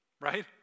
Right